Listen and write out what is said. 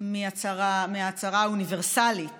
מההצהרה האוניברסלית